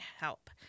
help